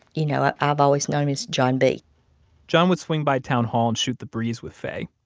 you know ah i've always known him as john b john would swing by town hall and shoot the breeze with faye.